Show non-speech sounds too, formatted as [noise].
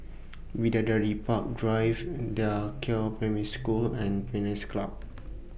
Bidadari Park Drive DA Qiao Primary School and Pines Club [noise]